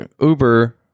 Uber